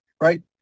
right